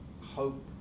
hope